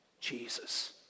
Jesus